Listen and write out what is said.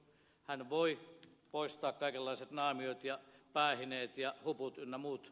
hän voi poistaa kaikenlaiset naamiot ja päähineet ja huput ynnä muuta